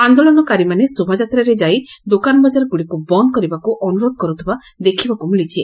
ଆନ୍ଦୋଳନକାରୀମାନେ ଶୋଭାଯାତ୍ରାରେ ଯାଇ ଦୋକାନ ବଜାରଗୁଡ଼ିକୁ ବନ୍ଦ କରିବାକୁ ଅନୁରୋଧ କରୁଥିବା ଦେଖିବାକୁ ମିଳିଛି